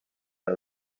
are